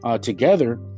together